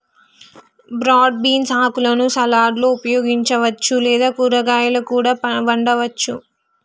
broad beans ఆకులను సలాడ్లలో ఉపయోగించవచ్చు లేదా కూరగాయాలా కూడా వండవచ్చు